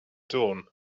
dawn